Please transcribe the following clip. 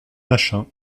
machin